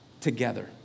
together